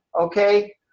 okay